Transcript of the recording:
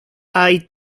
hay